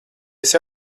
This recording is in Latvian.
esi